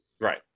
Right